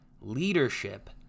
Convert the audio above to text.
leadership